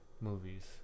Movies